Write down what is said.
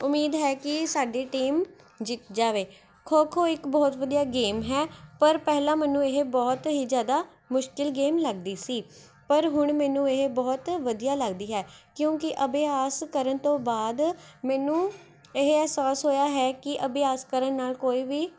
ਉਮੀਦ ਹੈ ਕੀ ਸਾਡੀ ਟੀਮ ਜਿੱਤ ਜਾਵੇ ਖੋ ਖੋ ਇੱਕ ਬਹੁਤ ਵਧੀਆ ਗੇਮ ਹੈ ਪਰ ਪਹਿਲਾਂ ਮੈਨੂੰ ਇਹ ਬਹੁਤ ਹੀ ਜ਼ਿਆਦਾ ਮੁਸ਼ਕਲ ਗੇਮ ਲੱਗਦੀ ਸੀ ਪਰ ਹੁਣ ਮੈਨੂੰ ਇਹ ਬਹੁਤ ਵਧੀਆ ਲੱਗਦੀ ਹੈ ਕਿਉਂਕਿ ਅਭਿਆਸ ਕਰਨ ਤੋਂ ਬਾਅਦ ਮੈਨੂੰ ਇਹ ਅਹਿਸਾਸ ਹੋਇਆ ਹੈ ਕੀ ਅਭਿਆਸ ਕਰਨ ਨਾਲ਼ ਕੋਈ ਵੀ